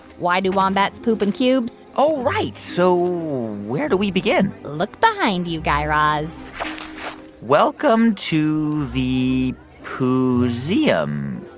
why do wombats poop in cubes? oh, right. so where do we begin? look behind you, guy raz welcome to the poo-seum.